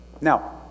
Now